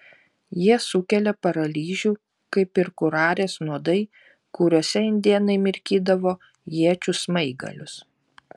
jie sukelia paralyžių kaip ir kurarės nuodai kuriuose indėnai mirkydavo iečių smaigalius